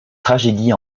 tragédie